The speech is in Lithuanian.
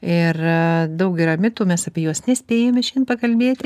ir daug yra mitų mes apie juos nespėjame šiandien pakalbėti